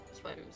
swims